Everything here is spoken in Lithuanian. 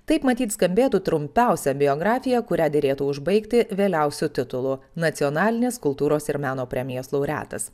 taip matyt skambėtų trumpiausia biografija kurią derėtų užbaigti vėliausiu titulu nacionalinės kultūros ir meno premijos laureatas